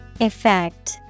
Effect